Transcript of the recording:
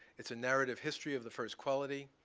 it's a narrative history of the first quality,